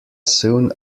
soon